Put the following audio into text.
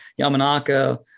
yamanaka